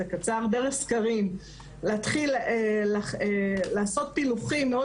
דרך סקרים להתחיל לעשות פילוחים מאוד